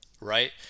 right